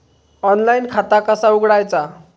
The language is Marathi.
ऑनलाइन खाता कसा उघडायचा?